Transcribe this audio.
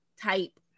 type